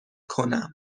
کنم